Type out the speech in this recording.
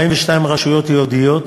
42 רשויות יהודיות,